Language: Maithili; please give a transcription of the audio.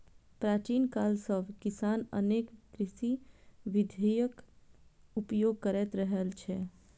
प्राचीन काल सं किसान अनेक कृषि विधिक उपयोग करैत रहल छै